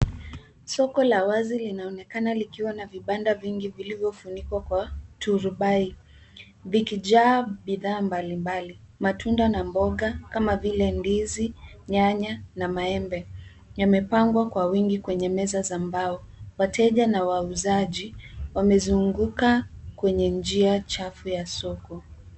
Soko la wazi linaonekana likiwa na vibanda vingi vilivyofunikwa kwa turubai ikijaa bidhaa mbalimbali; Matunda na mboga kama vile ndizi, nyanya na maembe, yamepangwa kwa wingi kwenye meza za mbao. Wateja na wauzaji wamezunguka kwenye njia chafu ya soko.